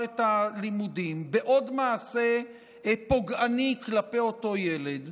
את הלימודים בעוד מעשה פוגעני כלפי אותו ילד.